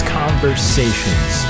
conversations